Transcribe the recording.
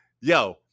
yo